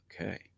Okay